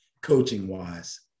coaching-wise